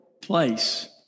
place